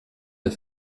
der